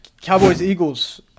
Cowboys-Eagles